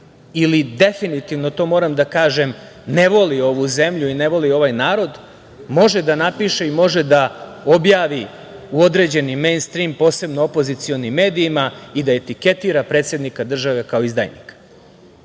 ili, definitivno, to moram da kažem, ne voli ovu zemlju i ne voli ovaj narod može da napiše i može da objavi u određenim mejnstrim, posebno opozicionim, medijima i da etiketira predsednika države kao izdajnika. Da